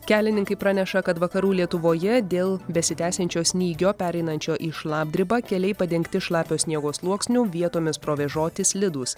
kelininkai praneša kad vakarų lietuvoje dėl besitęsiančio snygio pereinančio į šlapdribą keliai padengti šlapio sniego sluoksniu vietomis provėžoti slidūs